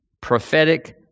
prophetic